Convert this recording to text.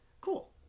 cool